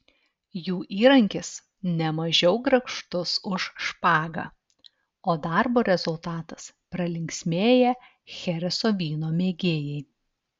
jų įrankis nemažiau grakštus už špagą o darbo rezultatas pralinksmėję chereso vyno mėgėjai